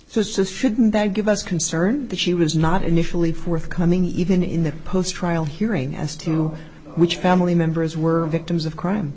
it's just shouldn't that give us concern that she was not initially forthcoming even in the post trial hearing as to know which family members were victims of crime